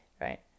Right